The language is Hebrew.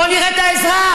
בואו נראה את האזרח.